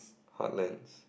heartlands